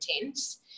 intense